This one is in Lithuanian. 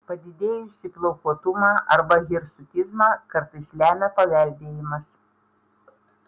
padidėjusį plaukuotumą arba hirsutizmą kartais lemia paveldėjimas